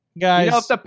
Guys